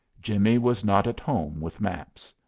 jimmie was not at home with maps.